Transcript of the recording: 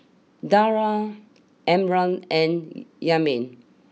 Dara Imran and Yasmin